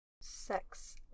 Sex